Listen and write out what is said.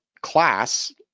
class